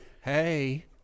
Hey